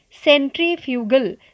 centrifugal